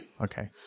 Okay